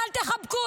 אין זמן